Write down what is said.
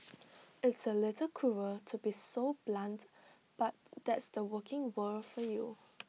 it's A little cruel to be so blunt but that's the working world for you